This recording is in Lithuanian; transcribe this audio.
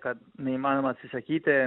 kad neįmanoma atsisakyti